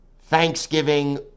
Thanksgiving